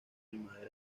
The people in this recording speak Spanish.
primavera